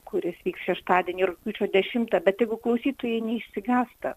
kuris vyks šeštadienį rugpjūčio dešimtą bet tegu klausytojai neišsigąsta